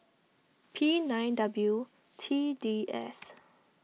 P nine W T D S